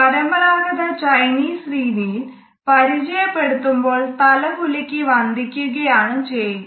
പരമ്പരാഗത ചൈനീസ് രീതിയിൽ പരിചയപ്പെടുത്തുമ്പോൾ തല കുലുക്കി വന്ദിക്കുകയാണ് ചെയ്യുക